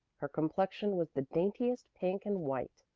her complexion was the daintiest pink and white,